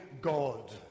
God